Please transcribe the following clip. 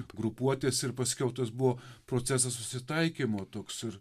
grupuotes ir paskiau tas buvo procesas susitaikymo toks ir